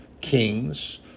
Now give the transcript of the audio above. Kings